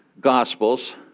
Gospels